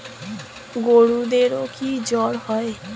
গরুদেরও কি জ্বর হয়?